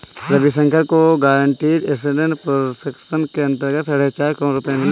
रविशंकर को guaranteed asset protection के अंतर्गत साढ़े चार करोड़ रुपये मिले